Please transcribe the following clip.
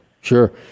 sure